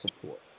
support